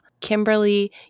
Kimberly